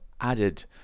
added